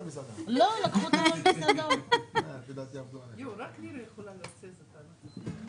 הגדלת 3,871 אלפי שקלים בהוצאה נטו והגדלת